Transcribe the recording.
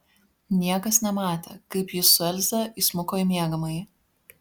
niekas nematė kaip jis su elze įsmuko į miegamąjį